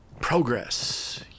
progress